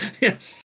Yes